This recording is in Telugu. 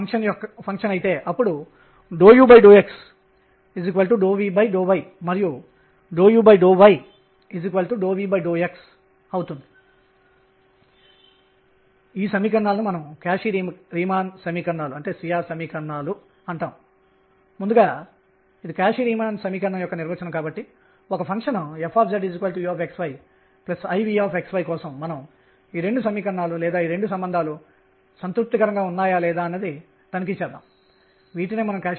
కాబట్టి ఇది ఎలిప్టికల్ దీర్ఘవృత్తాకార కక్ష్యలను ఇస్తుంది మరియు దాని కోసం prdr ఉన్నది ఇది 0 కాదు